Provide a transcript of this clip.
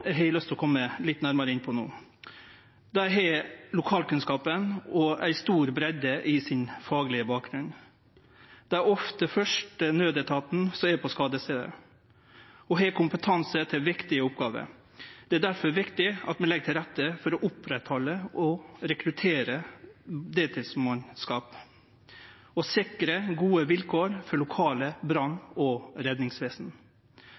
eg lyst til å kome litt nærare inn på no. Dei har lokalkunnskapen og ei stor breidd i sin faglege bakgrunn. Dei er ofte den første naudetaten som er på skadestaden, og har kompetanse til viktige oppgåver. Det er difor viktig at vi legg til rette for å oppretthalde og rekruttere deltidsmannskap og sikrar gode vilkår for lokale brann- og redningsvesen.